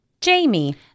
Jamie